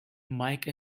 mike